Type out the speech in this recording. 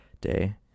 day